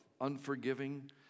unforgiving